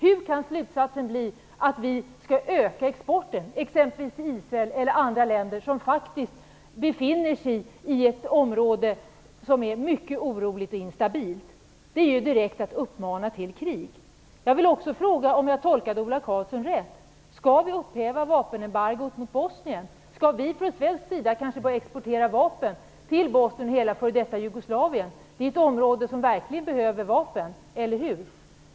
Hur kan slutsatsen bli, Ola Karlsson, att vi skall öka exporten, exempelvis till Israel eller andra länder som faktiskt befinner sig i ett område som är mycket oroligt och instabilt? Det är att direkt uppmana till krig. Jag vill också fråga om jag tolkade Ola Karlsson rätt. Skall vi upphäva vapenembargot mot Bosnien? Skall vi från svensk sida kanske börja exportera vapen till Bosnien och hela det f.d. Jugoslavien? Det är ett område som verkligen behöver vapen, eller hur?